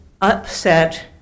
upset